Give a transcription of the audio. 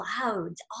clouds